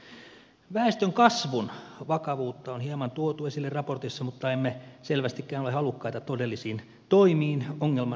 väestönkasvun vakavuutta on hieman tuotu esille raportissa mutta emme selvästikään ole halukkaita todellisiin toimiin ongelman ratkaisemiseksi